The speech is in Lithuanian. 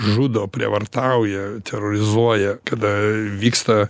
žudo prievartauja terorizuoja kada vyksta